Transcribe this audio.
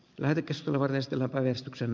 lääkitystä verestellä menestyksen